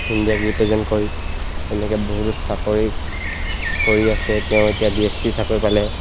ইণ্ডিয়াক ৰিপ্ৰেজেণ্ট কৰি তেনেকৈ বহুতো চাকৰি কৰি আছে তেওঁ এতিয়া ডি এছ পি চাকৰি পালে